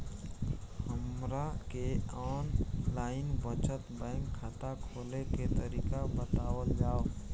हमरा के online बचत बैंक खाता खोले के तरीका बतावल जाव?